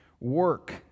Work